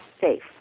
safe